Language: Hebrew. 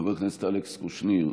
חבר הכנסת אלכס קושניר,